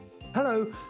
Hello